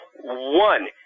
One